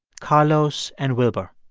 carlos and wilber.